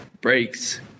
breaks